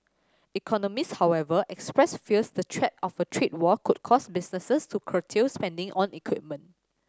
economists however expressed fears the threat of a trade war could cause businesses to curtail spending on equipment